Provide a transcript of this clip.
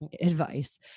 advice